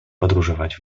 podróżować